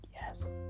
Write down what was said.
Yes